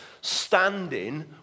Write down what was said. standing